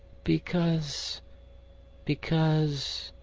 because because